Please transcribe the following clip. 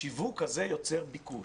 השיווק יוצר ביקוש.